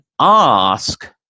ask